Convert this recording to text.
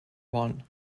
one